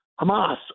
Hamas